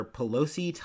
Pelosi